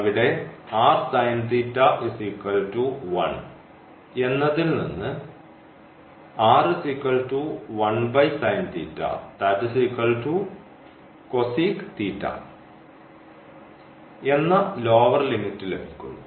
അവിടെ എന്നതിൽനിന്ന് എന്ന ലോവർ ലിമിറ്റ് ലഭിക്കുന്നു